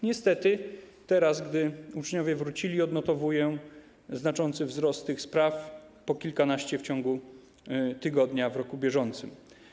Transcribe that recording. Niestety teraz, gdy uczniowie wrócili, odnotowuję znaczący wzrost tych spraw, po kilkanaście w ciągu tygodnia w roku bieżącym.